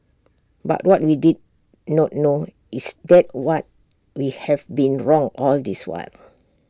but what we did not know is that what we have been wrong all this while